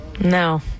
No